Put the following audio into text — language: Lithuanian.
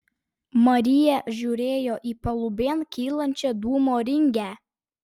marija žiūrėjo į palubėn kylančią dūmo ringę